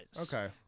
Okay